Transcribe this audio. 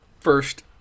first